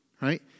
Right